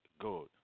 Good